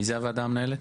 מי זו הוועדה המנהלת?